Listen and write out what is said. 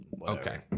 Okay